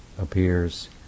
appears